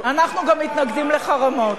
אנחנו גם מתנגדים לחרמות.